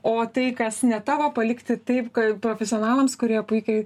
o tai kas ne tavo palikti taip kai profesionalams kurie puikiai